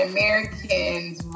Americans